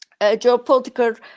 geopolitical